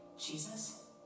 Jesus